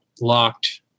locked